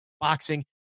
boxing